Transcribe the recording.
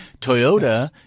Toyota